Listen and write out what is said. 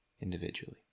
individually